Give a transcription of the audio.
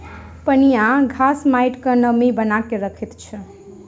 पनियाह घास माइटक नमी बना के रखैत अछि